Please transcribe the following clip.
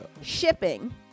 Shipping